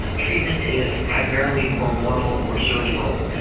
treatment is primarily hormonal or surgical.